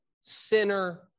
sinner